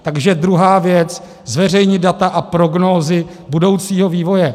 Takže druhá věc: zveřejnit data a prognózy budoucího vývoje.